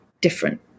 different